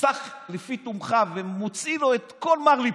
סח לפי תומך ומוציא לו את כל מר ליבך,